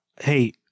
Hey